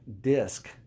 disc